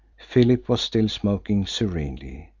philip was still smoking serenely,